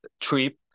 trip